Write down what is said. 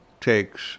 takes